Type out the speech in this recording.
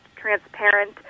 transparent